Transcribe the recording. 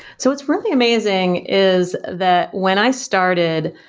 so what's really amazing is that when i started,